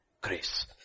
grace